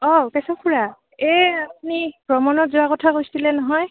অঁ কেশৱ খুৰা এই আপুনি ভ্ৰমণত যোৱাৰ কথা কৈছিলে নহয়